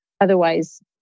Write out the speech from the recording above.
otherwise